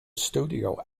studio